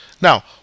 now